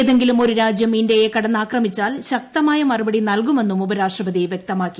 ഏതെങ്കിലും ഒരു രാജൃം ഇന്തൃയെ കടന്നാക്രമിച്ചാൽ ശക്തമായ മറുപടി നൽകുമെന്നും ഉപരാഷ്ട്രപതി വൃക്തമാക്കി